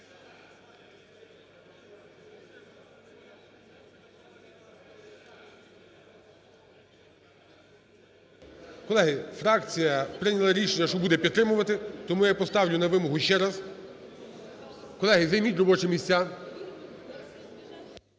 Колеги, фракція прийняла рішення, що буде підтримувати, тому я поставлю на вимогу ще раз. Колеги, займіть робочі місця.